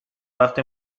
وقتی